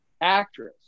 actress